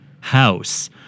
house